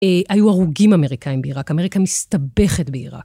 היו הרוגים אמריקאים בעיראק, אמריקה מסתבכת בעיראק.